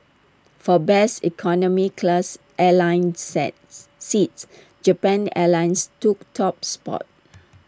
for best economy class airline set seats Japan airlines took top spot